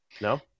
No